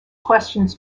questions